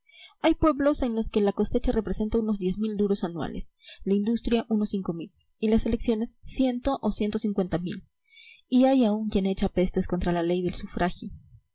hay pueblos en los que la cosecha representa unos diez mil duros anuales la industria unos cinco mil y las elecciones ciento o ciento cincuenta mil y aun hay quien echa pestes contra la ley del sufragio